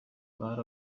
part